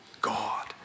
God